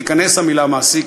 ותיכנס המילה מעסיק,